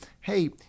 hey